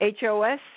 HOS